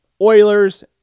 Oilers